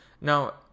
now